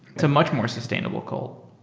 it's a much more sustainable cult.